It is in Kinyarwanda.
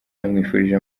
yamwifurije